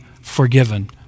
forgiven